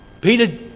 Peter